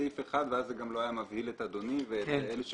אני רוצה